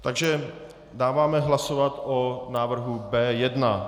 Takže dáváme hlasovat o návrhu B1.